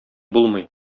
булмый